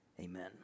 Amen